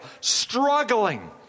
struggling